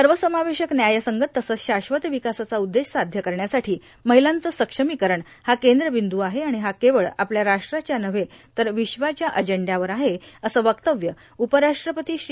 सर्वसमावेशक न्यायसंगत तसंच शाश्वत विकासाचा उद्देश साध्य करण्यासाठी महिलांचे सक्षमीकरण हा केंद्र बिंदू आहे आणि हा केवळ आपल्या राष्ट्राच्या नवे तर विश्वाच्या अजेंडचावर आहे असं वक्तव्य उपराष्ट्रपती श्री